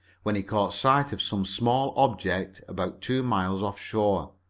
when he caught sight of some small object about two miles off shore.